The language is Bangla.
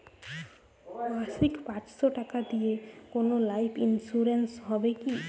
মাসিক পাঁচশো টাকা দিয়ে কোনো লাইফ ইন্সুরেন্স হবে কি?